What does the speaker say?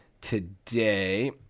today